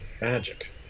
Magic